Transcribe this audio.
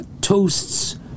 toasts